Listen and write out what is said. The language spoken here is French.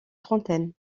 trentaine